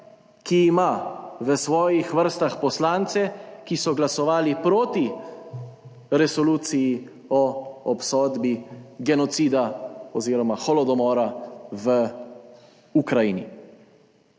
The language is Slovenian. ki ima v svojih vrstah poslance, ki so glasovali proti resoluciji o obsodbi genocida oziroma holodomora v Ukrajini.